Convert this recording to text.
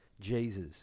Jesus